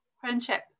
friendship